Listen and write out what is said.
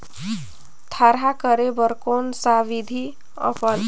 थरहा करे बर कौन सा विधि अपन?